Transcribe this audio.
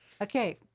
Okay